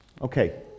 Okay